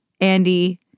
Andy